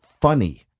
funny